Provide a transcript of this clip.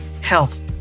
health